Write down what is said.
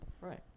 Right